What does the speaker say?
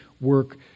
work